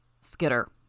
Skitter